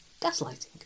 gaslighting